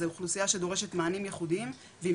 זה אוכלוסייה שדורשת מענים ייחודיים והיא